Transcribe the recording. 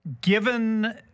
Given